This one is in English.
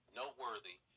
noteworthy